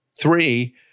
three